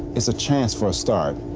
it's a chance for a start,